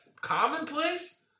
commonplace